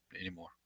anymore